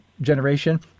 generation